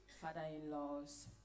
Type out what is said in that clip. father-in-laws